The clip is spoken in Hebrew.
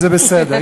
אז בסדר.